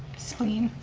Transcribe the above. spleen,